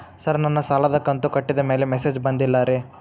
sir ನನ್ನ ಸಾಲದ ಕಂತು ಕಟ್ಟಿದಮೇಲೆ ಮೆಸೇಜ್ ಬಂದಿಲ್ಲ ರೇ